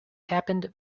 happened